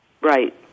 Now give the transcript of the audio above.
Right